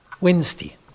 Wednesday